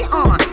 on